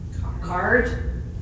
card